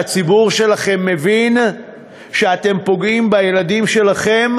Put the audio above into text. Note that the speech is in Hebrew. והציבור שלכם מבין שאתם פוגעים בילדים שלכם,